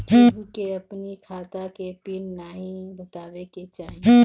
केहू के अपनी खाता के पिन नाइ बतावे के चाही